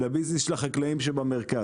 לביזנס של החקלאים שבמרכז,